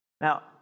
Now